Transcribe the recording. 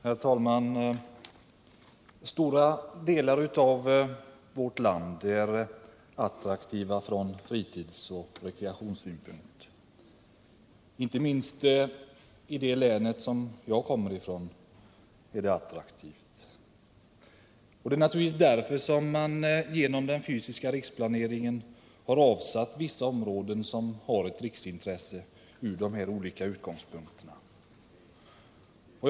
Herr talman! Stora delar av vårt land är attraktiva från fritidsoch rekreationssynpunkt. Inte minst gäller detta det län som jag kommer från. Det är naturligtvis därför som man genom den fysiska riksplaneringen har avsatt vissa områden, som från olika utgångspunkter har ett riksintresse.